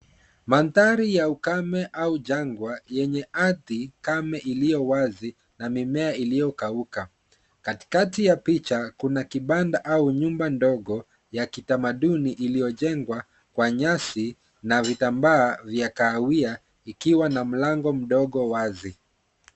Mandhari ya ukame au jangwa yenye ardhi, kame iliyo wazi na mimea iliyokauka. Katikati ya picha, kuna kibanda au nyumba ndogo ya kitamaduni iliyojengwa kwa nyasi na vitambaa vya kahawia ikiwa na mlango mdogo wazi.